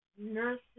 nurses